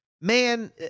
man